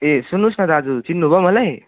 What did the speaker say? ए सुन्नु होस् न दाजु चिन्नु भयो मलाई